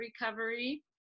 recovery